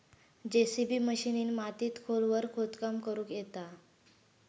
JCB मशिनीन मातीत खोलवर खोदकाम करुक येता